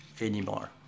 anymore